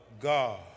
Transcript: God